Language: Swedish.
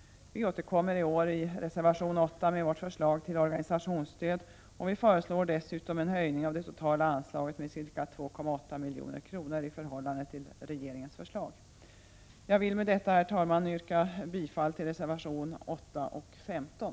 Vi återkommer i år i reservation 8 med vårt förslag till organisationsstöd, och vi föreslår dessutom en höjning av det totala anslaget med ca 2,8 milj.kr. i förhållande till regeringens förslag. Jag vill med detta, herr talman, yrka bifall till reservationerna 8 och 15.